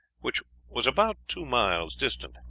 which was about two miles distant.